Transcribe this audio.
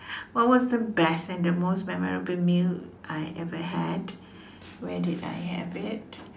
what was the best and the most memorable meal I ever had where did I have it